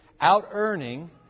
Out-earning